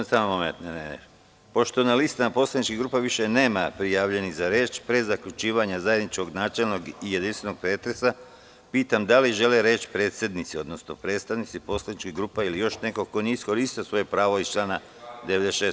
Pošto na listama poslaničkih grupa više nema prijavljenih za reč, pre zaključivanja zajedničkog načelnog i jedinstvenog pretresa, pitam da li žele reč predsednici, odnosno predstavnici poslaničkih grupa ili još neko ko nije iskoristio svoje pravo iz člana 96.